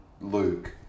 Luke